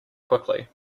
quickly